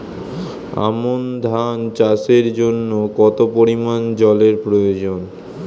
আমন ধান চাষের জন্য কত পরিমান জল এর প্রয়োজন?